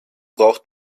braucht